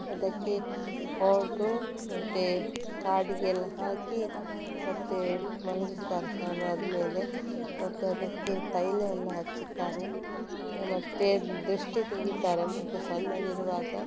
ಅದಕ್ಕೆ ಪೌಡ್ರು ಮತ್ತು ಕಾಡಿಗೆ ಎಲ್ಲ ಹಾಕಿ ಮತ್ತೆ ಮಲಗಿಸ್ತಾರೆ ಸ್ನಾನ ಆದಮೇಲೆ ಮತ್ತೆ ಅದಕ್ಕೆ ತೈಲ ಎಲ್ಲ ಹಚ್ಚುತ್ತಾರೆ ಮತ್ತೆ ದೃಷ್ಟಿ ತೆಗೀತಾರೆ ಮಗು ಸಣ್ಣದಿರುವಾಗ